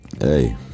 hey